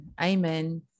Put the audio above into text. amen